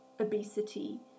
obesity